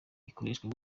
ikoreshwa